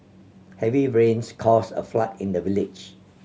heavy rains caused a flood in the village